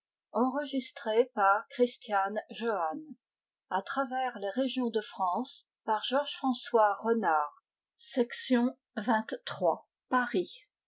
lieues de paris